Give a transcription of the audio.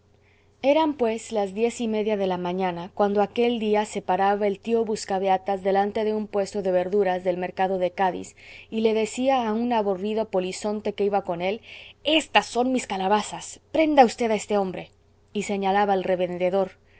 eran pues las diez y media de la mañana cuando aquel día se paraba el tío buscabeatas delante de un puesto de verduras del mercado de cádiz y le decía a un aburrido polizonte que iba con él estas son mis calabazas prenda v a ese hombre y señalaba al revendedor